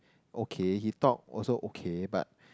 okay he talk also okay but